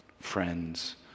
friends